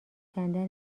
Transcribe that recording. کندن